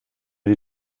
die